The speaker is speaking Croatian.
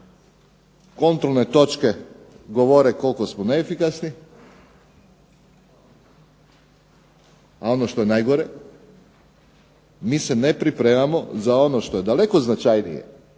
kontrolne točke govore koliko smo neefikasni, a ono što je najgore mi se ne pripremamo za ono što je daleko značajnije,